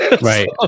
Right